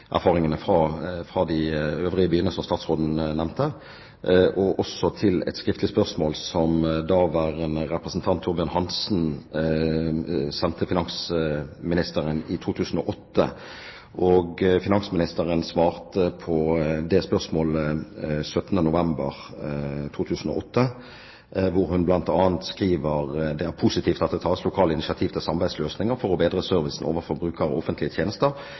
erfaringene fra de øvrige byene som statsråden nevnte og også til et skriftlig spørsmål som daværende representant Torbjørn Hansen sendte finansministeren i 2008. Finansministeren svarte på det spørsmålet 17. november 2008, der hun bl.a. skriver: «Det er positivt at det tas lokale initiativ til samarbeidsløsninger for å bedre servicen overfor brukere av offentlige tjenester.